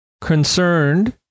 concerned